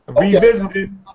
revisited